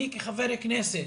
אני כחבר כנסת,